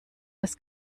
das